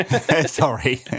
Sorry